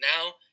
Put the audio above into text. now